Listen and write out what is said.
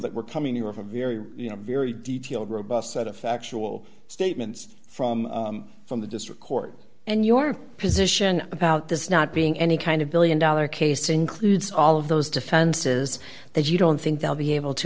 that we're coming to you of a very very detailed robust set of factual statements from from the district court and your position about this not being any kind of one billion dollar case includes all of those defenses that you don't think they'll be able to